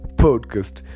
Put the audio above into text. podcast